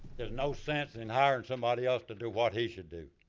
there's no sense in hiring somebody else to do what he should do.